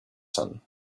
sun